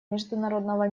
международного